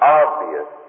obvious